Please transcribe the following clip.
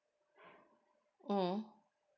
mm